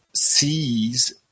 sees